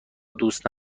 دوست